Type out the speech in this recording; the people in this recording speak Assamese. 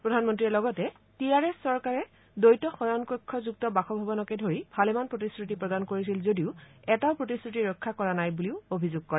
প্ৰধানমন্ত্ৰীয়ে লগতে টি আৰ এছ চৰকাৰে দ্বৈত শয়নকক্ষ যুক্ত বাসভৱনকে ধৰি ভালেমান প্ৰতিশ্ৰুতি প্ৰদান কৰিছিল যদিও এটাও প্ৰতিশ্ৰুতি ৰক্ষা কৰা নাই বুলিও অভিযোগ কৰে